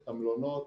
את המלונות.